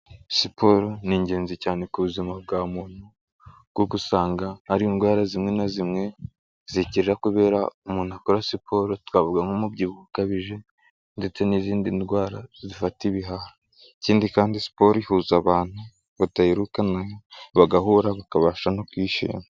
Siporo ni ingenzi cyane ku buzima bwa muntu kuko usanga hari indwara zimwe na zimwe zikira kubera umuntu akora siporo, twavuga nk'umubyibuho ukabije ndetse n'izindi ndwara zifata ibihaha, ikindi kandi siporo ihuza abantu badaherukana, bagahura bakabasha no kwishima.